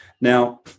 Now